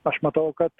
aš matau kad